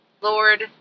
Lord